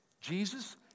Jesus